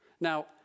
Now